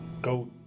go